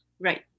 right